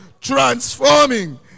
transforming